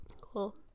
cool